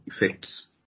effects